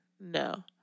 No